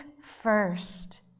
first